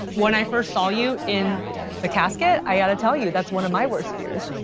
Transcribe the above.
when i first saw you in the casket, i gotta tell you, that's one of my worst fears.